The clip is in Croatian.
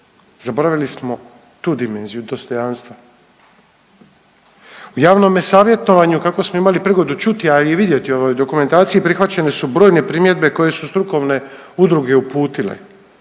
zaboravili smo tu dimenziju dostojanstva. U javnome savjetovanju kako smo imali prigodu čuti, a i vidjeti u ovoj dokumentaciji prihvaćene su brojne primjedbe koje su strukovne udruge uputile